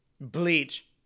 Bleach